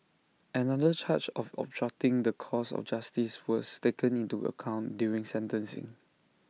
another charge of obstructing the course of justice was taken into account during sentencing